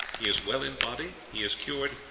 he is well in body he is cured,